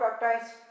baptized